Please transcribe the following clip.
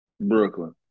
Brooklyn